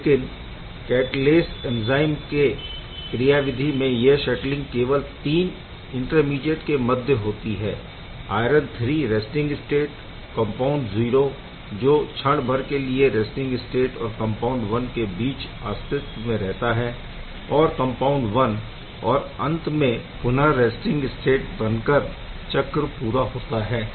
लेकिन catalase enzyme के क्रियाविधि में यह शटलिंग केवल 3 इंटरमीडीएट के मध्य होती है iron III resting state compound 0 जो क्षण भर के लिए रैस्टिंग स्टेट और कम्पाउण्ड 1 के बीच अस्तित्व में रहता है और कम्पाउण्ड 1 और अंत में पुनः रैस्टिंग स्टेट बनकर चक्र पूरा होता है